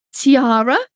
Tiara